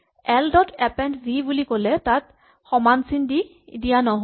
L dot append V বুলি ক'লে তাত সমান চিন দিয়া নহয়